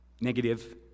Negative